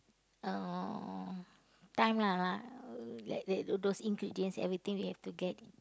uh time lah lah like like those ingredients everything we have to get